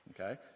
Okay